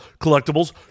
collectibles